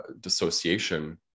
dissociation